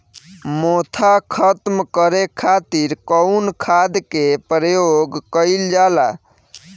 मोथा खत्म करे खातीर कउन खाद के प्रयोग कइल जाला?